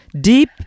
deep